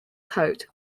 coat